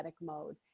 mode